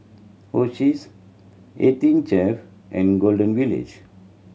Oishis Eighteen Chef and Golden Village